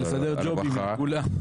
כדי לסדר ג'ובים לכולם.